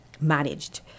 managed